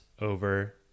over